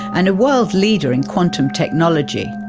and a world leader in quantum technology.